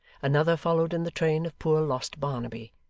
another followed in the train of poor lost barnaby,